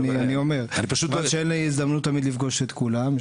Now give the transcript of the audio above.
רק שאין לי הרבה הזדמנויות לפגוש את כולם.